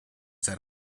that